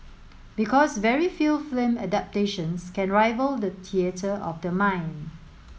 because very few film adaptations can rival the theatre of the mind